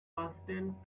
fasten